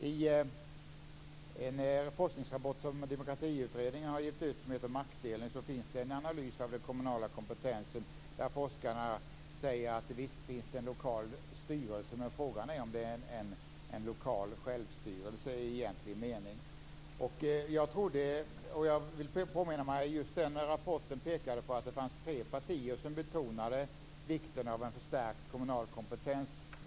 I en forskningsrapport som Demokratiutredningen har givit ut och som heter Maktdelning finns det en analys av den kommunala kompetensen. Forskarna säger där: Visst finns det en lokal styrelse, men frågan är om det är en lokal självstyrelse i egentlig mening. Jag vill erinra mig att just den rapporten pekade på att tre partier betonar vikten av en stärkt kommunal kompetens.